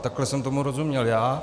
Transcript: Takhle jsem tomu rozuměl já.